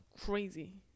Crazy